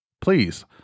please